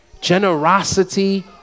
Generosity